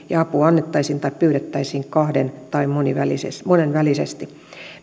ja apua annettaisiin tai pyydettäisiin kahden tai monenvälisesti monenvälisesti